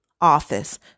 office